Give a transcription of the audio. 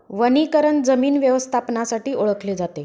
वनीकरण जमीन व्यवस्थापनासाठी ओळखले जाते